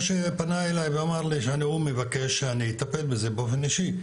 הוא פנה אליי וביקש שאני אטפל בזה באופן אישי,